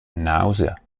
nausea